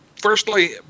Firstly